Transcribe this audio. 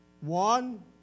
one